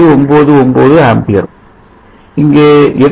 99 ampere இங்கே 8